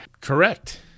Correct